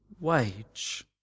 wage